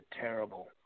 terrible